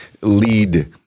lead